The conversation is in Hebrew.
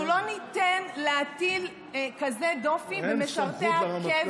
אנחנו לא ניתן להטיל כזה דופי במשרתי הקבע,